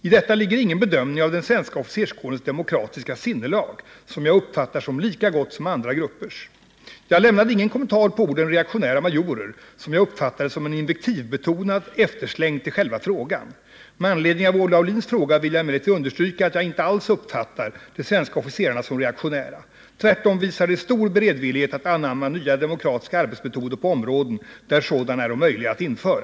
I detta ligger ingen bedömning av den svenska officerskårens demokratiska sinnelag, som jag uppfattar som lika gott som andra gruppers. Jag lämnade ingen kommentar till orden ”reaktionära majorer”, som jag uppfattade som en invektivbetonad eftersläng till själva frågan. Med anledning av Olle Aulins fråga vill jag emellertid understryka att jag inte alls uppfattar de svenska officerarna som reaktionära. Tvärtom visar de stor beredvillighet att anamma nya demokratiska arbetsmetoder på områden där sådana är möjliga att införa.